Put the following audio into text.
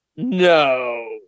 No